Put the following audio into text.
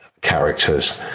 characters